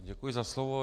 Děkuji za slovo.